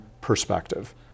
perspective